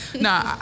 No